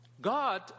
God